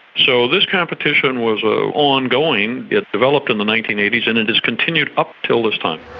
so this competition was ah ongoing. it developed in the nineteen eighty s and it has continued up until this time.